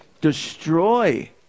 Destroy